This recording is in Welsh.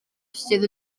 sydd